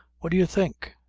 what do you think?